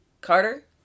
Carter